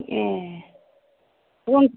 ए